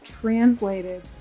translated